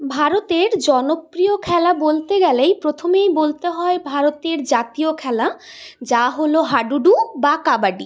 ভারতের জনপ্রিয় খেলা বলতে গেলে প্রথমেই বলতে হয় ভারতের জাতীয় খেলা যা হল হাডুডু বা কাবাডি